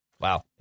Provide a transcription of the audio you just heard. Wow